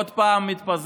הכנסת עוד פעם מתפזרת.